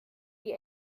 die